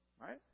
Right